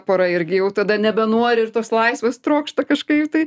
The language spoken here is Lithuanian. pora irgi jau tada nebenori ir tos laisvės trokšta kažkaip tai